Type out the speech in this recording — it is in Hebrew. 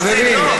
חברים,